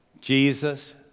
Jesus